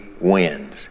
wins